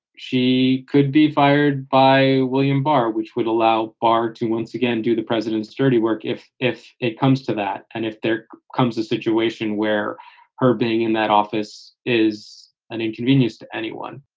she could be fired by william barr, which would allow barr to once again do the president's dirty work if if it comes to that. and if there comes a situation where her being in that office is an inconvenience to anyone